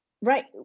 Right